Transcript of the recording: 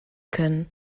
können